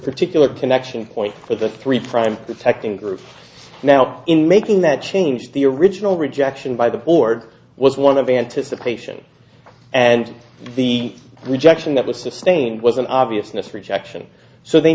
particular connection points for the three prime protecting groups now in making that change the original rejection by the board was one of anticipation and the rejection that was sustained was an obvious rejection so they